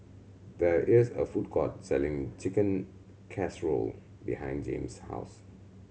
there is a food court selling Chicken Casserole behind Jame's house